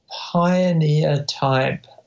pioneer-type